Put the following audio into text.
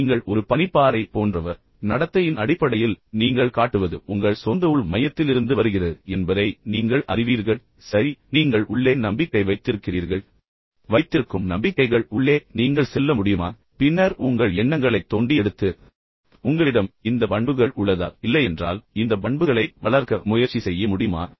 நீங்கள் ஒரு பனிப்பாறை போன்றவர் நடத்தையின் அடிப்படையில் நீங்கள் காட்டுவது உங்கள் சொந்த உள் மையத்திலிருந்து வருகிறது என்பதை நீங்கள் அறிவீர்கள் சரி நீங்கள் உள்ளே நம்பிக்கை வைத்திருக்கிறீர்கள் வைத்திருக்கும் நம்பிக்கைகள் உள்ளே நீங்கள் செல்ல முடியுமா பின்னர் உங்கள் எண்ணங்களை தோண்டி எடுத்து உங்களிடம் இந்த பண்புகள் உள்ளதா என்று பார்க்க முடியுமா இல்லையென்றால் இந்த பண்புகளை வளர்க்க நேர்மையாக முயற்சி செய்ய முடியுமா